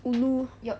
ulu